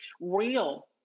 real